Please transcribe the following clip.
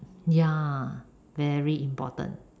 ya very important